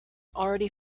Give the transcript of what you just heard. already